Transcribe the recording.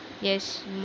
Yes